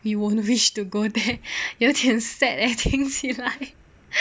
you won't wish to go there you're 挺 sad leh 听起来